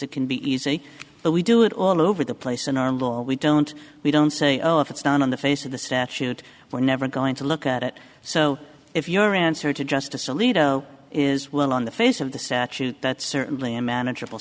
it can be easy but we do it all over the place in our law we don't we don't say oh if it's not on the face of the statute we're never going to look at it so if your answer to justice alito is well on the face of the statute that's certainly a manageable